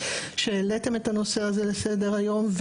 שהעליתם את הנושא הזה לסדר היום.